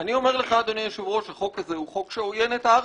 אני אומר לך אדוני היושב-ראש שהחוק המוצע כאן עוין את הארץ.